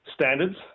standards